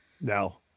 No